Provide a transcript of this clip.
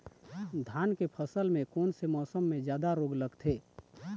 धान के फसल मे कोन से मौसम मे जादा रोग लगथे?